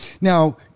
Now